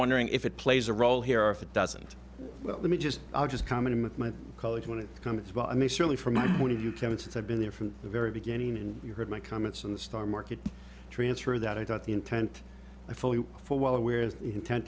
wondering if it plays a role here or if it doesn't well let me just i'll just comment in with my colleagues when it comes as well i mean certainly from our point of view ken it's i've been there from the very beginning and you heard my comments on the star market transfer that i thought the intent i fully for well aware intent